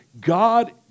God